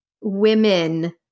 women